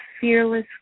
fearless